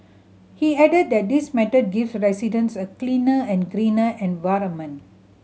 he added that this method gives residents a cleaner and greener environment